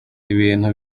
ibintu